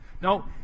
No